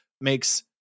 makes